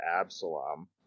Absalom